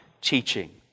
teaching